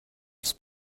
els